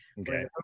Okay